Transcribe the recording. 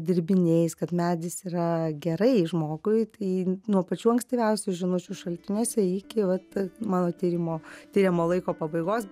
dirbiniais kad medis yra gerai žmogui tai nuo pačių ankstyviausių žinučių šaltiniuose iki vat mano tyrimo tiriamo laiko pabaigos